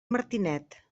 martinet